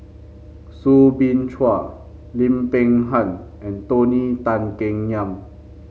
Soo Bin Chua Lim Peng Han and Tony Tan Keng Yam